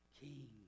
King